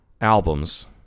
albums